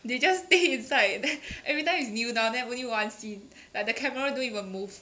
they just stay inside then everytime is kneel down then only one scene like the camera don't even move